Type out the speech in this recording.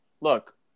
look